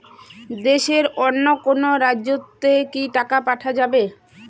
দেশের অন্য কোনো রাজ্য তে কি টাকা পাঠা যাবে?